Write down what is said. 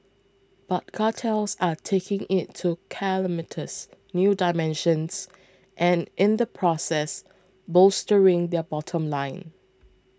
but cartels are taking it to calamitous new dimensions and in the process bolstering their bottom line